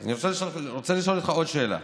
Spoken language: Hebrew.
אני רוצה לשאול אותך עוד שאלה: